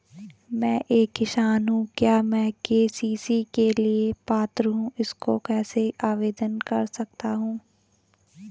मैं एक किसान हूँ क्या मैं के.सी.सी के लिए पात्र हूँ इसको कैसे आवेदन कर सकता हूँ?